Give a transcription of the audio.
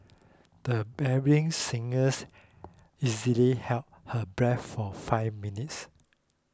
the bearing singers easily held her breath for five minutes